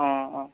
অঁ অঁ